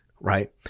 Right